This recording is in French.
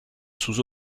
sous